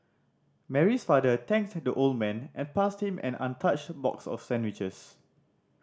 Mary's father thanked the old man and passed him an untouched box of sandwiches